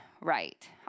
right